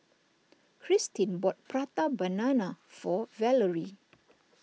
Kristin bought Prata Banana for Valery